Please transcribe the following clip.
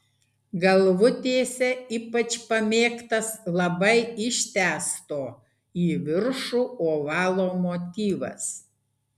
galvutėse ypač pamėgtas labai ištęsto į viršų ovalo motyvas